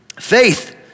Faith